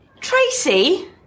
Tracy